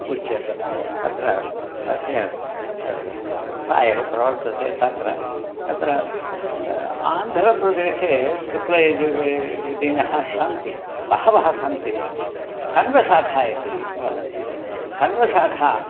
उच्यते तत्र अस्य स सा एव प्रवर्तते तत्र अत्र आन्ध्रप्रदेशे शुक्लयजुर्वेदिनः सन्ति बहवः सन्ति कण्वशाखा इति वदन्ति ते कण्वशाखा